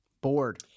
bored